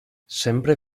sempre